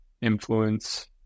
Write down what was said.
influence